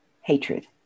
hatred